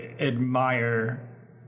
admire